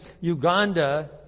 Uganda